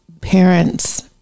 parents